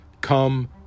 come